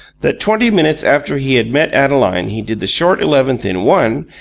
that twenty minutes after he had met adeline he did the short eleventh in one,